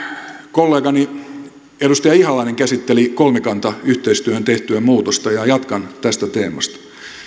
kollegani edustaja ihalainen käsitteli kolmikantayhteistyöhön tehtyä muutosta ja jatkan tästä teemasta